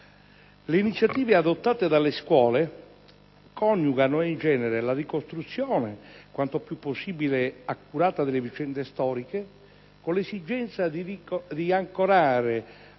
Le iniziative adottate dalle scuole coniugano, in genere, la ricostruzione, quanto più possibile accurata, delle vicende storiche con l'esigenza di ancorare